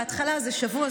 בהתחלה זה שבוע,